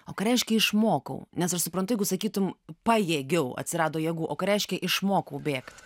o ką reiškia išmokau nes aš suprantu jeigu sakytum pajėgiau atsirado jėgų o ką reiškia išmokau bėgt